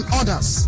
others